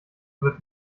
wird